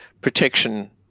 protection